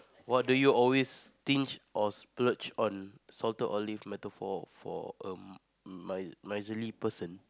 what did you always stinge or splurge on salty olive metaphor for a mi~ misery person